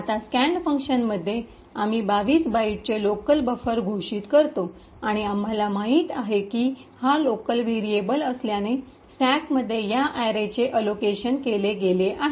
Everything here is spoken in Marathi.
आता स्कॅन फंक्शनमध्ये आम्ही 22 बाइटचे लोकल बफर घोषित करतो आणि आम्हाला माहित आहे की हा लोकल व्हेरिएबल असल्याने स्टॅकमध्ये या अॅरेचे अलोकेशन केले गेले आहे